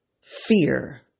fear